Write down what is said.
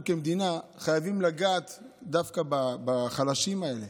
אנחנו כמדינה חייבים לגעת דווקא בחלשים האלה,